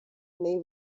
may